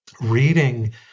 reading